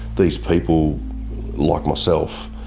these people like myself,